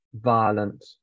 violent